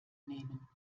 nehmen